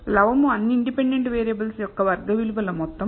లవము అన్ని ఇండిపెండెంట్ వేరియబుల్ల యొక్క వర్గ విలువల మొత్తం